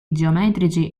geometrici